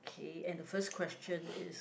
okay and the first question is